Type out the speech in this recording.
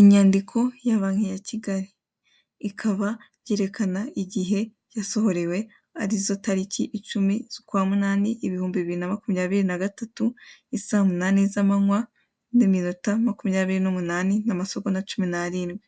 Inyandiko ya banyi ya kigali ikaba yerekana igihe yasohorewe arizo tariki icumi z'ukwamunani ibihumbi bibiri namakumyabiri nagatatu isamunani z'amanywa n'iminota makumyabiri n'umunani n'amasogonda cumi narindwi.